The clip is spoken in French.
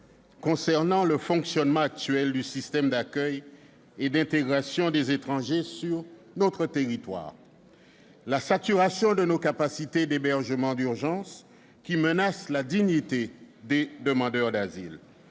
concernant le fonctionnement actuel du système d'accueil et d'intégration des étrangers sur notre territoire : la saturation de nos capacités d'hébergement d'urgence, qui menace la dignité des demandeurs d'asile